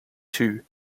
two